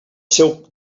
seu